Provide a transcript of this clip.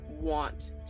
want